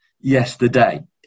yesterday